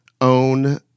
own